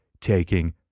taking